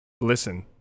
Listen